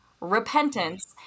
repentance